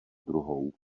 druhou